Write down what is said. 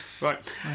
Right